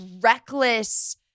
reckless